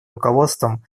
руководством